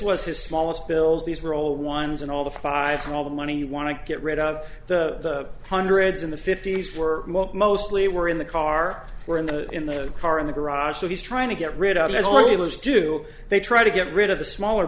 was his smallest bills these were old ones and all the fives and all the money you want to get rid of the hundreds in the fifty's were mostly were in the car or in the in the car in the garage so he's trying to get rid of it all is do they try to get rid of the smaller